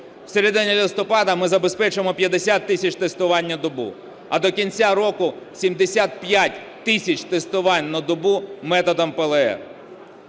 В середині листопада ми забезпечимо 50 тисяч тестувань на добу, а до кінця року – 75 тисяч тестувань на добу методом ПЛР.